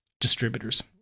distributors